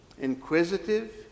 inquisitive